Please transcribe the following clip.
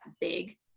big